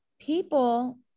people